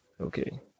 Okay